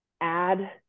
add